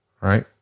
Right